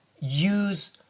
use